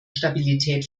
stabilität